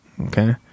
Okay